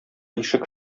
ишек